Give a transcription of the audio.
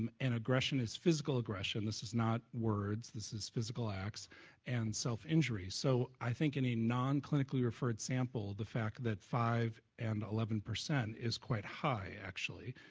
um and aggression is physical aggression, this is not words this, is physical acts and self-injury, so i think any nonclinically referred sample issues the fact that five and eleven percent is quite high actually,